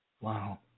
Wow